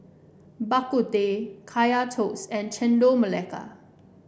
Bak Kut Teh Kaya Toast and Chendol Melaka